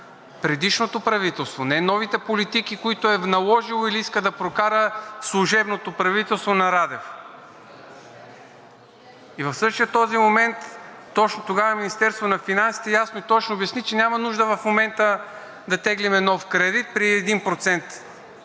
предишното правителство, не новите политики, които е наложило или иска да прокара служебното правителство на Радев. В същия този момент, точно тогава, Министерството на финансите ясно и точно обясни, че няма нужда в момента да теглим нов кредит при 1%